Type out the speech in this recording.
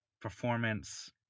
performance